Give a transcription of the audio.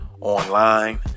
online